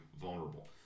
vulnerable